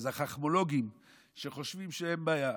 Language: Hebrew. אז החכמולוגים שחושבים שאין בעיה,